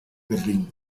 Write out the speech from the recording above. berlín